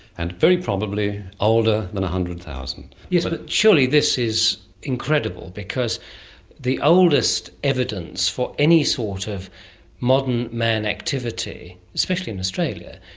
and very probably older than one hundred thousand. yes, but surely this is incredible because the oldest evidence for any sort of modern man activity, especially in australia,